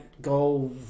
go